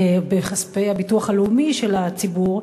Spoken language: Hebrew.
בכספי הביטוח הלאומי של הציבור,